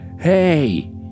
Hey